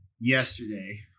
yesterday